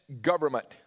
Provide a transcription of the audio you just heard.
government